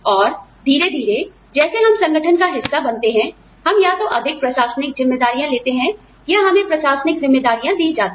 और धीरे धीरे जैसे हम संगठन का हिस्सा बनते हैं हम या तो अधिक प्रशासनिक जिम्मेदारियां लेते हैं या हमें प्रशासनिक जिम्मेदारियाँ दी जाती हैं